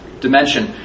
dimension